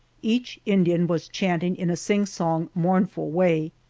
each indian was chanting in a sing-song, mournful way.